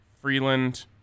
Freeland